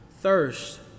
thirst